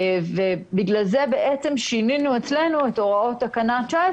בגלל זה שינינו אצלנו את הוראות תקנה 19